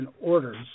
orders